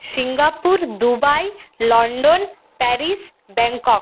Singapore Dubai London Paris Bangkok